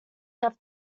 have